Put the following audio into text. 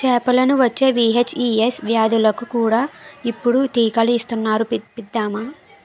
చేపలకు వచ్చే వీ.హెచ్.ఈ.ఎస్ వ్యాధులకు కూడా ఇప్పుడు టీకాలు ఇస్తునారు ఇప్పిద్దామా